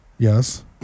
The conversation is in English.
Yes